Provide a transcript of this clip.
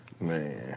Man